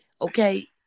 Okay